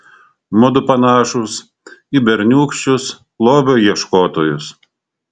mudu panašūs į berniūkščius lobio ieškotojus